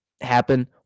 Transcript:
happen